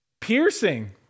piercing